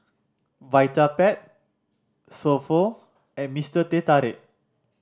Vitapet So Pho and Mr Teh Tarik